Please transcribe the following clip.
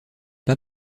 pas